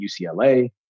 UCLA